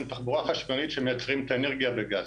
תחבורה חשמלית שמייצרים את האנרגיה בגז,